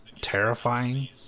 terrifying